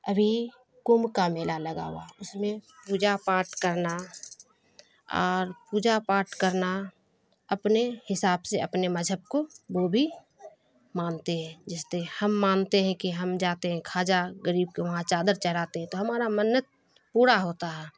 ابھی کمبھ کا میلہ لگا ہوا اس میں پوجا پاٹھ کرنا اور پوجا پاٹھ کرنا اپنے حساب سے اپنے مذہب کو وہ بھی مانتے ہیں جس طرح ہم مانتے ہیں کہ ہم جاتے ہیں خواجہ غریب کے وہاں چادر چڑھاتے ہیں تو ہمارا منت پورا ہوتا ہے